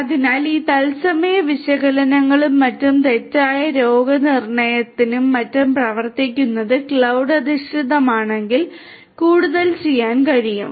അതിനാൽ ഈ തത്സമയ വിശകലനങ്ങളും മറ്റും തെറ്റായ രോഗനിർണയത്തിനും മറ്റും പ്രവർത്തിക്കുന്നത് ക്ലൌഡ് അധിഷ്ഠിതമാണെങ്കിൽ കൂടുതൽ ചെയ്യാൻ കഴിയും